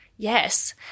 Yes